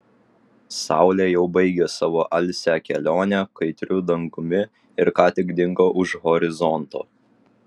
saulė jau baigė savo alsią kelionę kaitriu dangumi ir ką tik dingo už horizonto